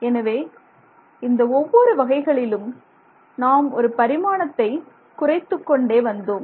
எனவே இந்த ஒவ்வொரு வகைகளிலும் நாம் ஒரு பரிமாணத்தை குறைத்துக்கொண்டே வந்தோம்